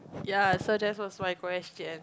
ya so that's was my question